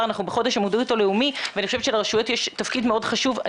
אנחנו בחודש המודעות הלאומי ואני חושבת שלרשויות יש תפקיד מאוד חשוב.